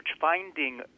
finding